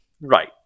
Right